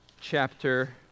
chapter